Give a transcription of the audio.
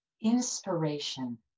Inspiration